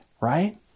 right